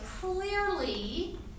clearly